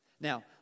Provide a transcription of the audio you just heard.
Now